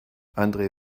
andre